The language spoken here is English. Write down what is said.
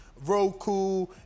Roku